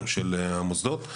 של המוסדות.